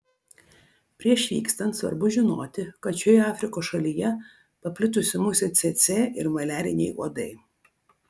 prieš vykstant svarbu žinoti kad šioje afrikos šalyje paplitusi musė cėcė ir maliariniai uodai